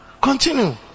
Continue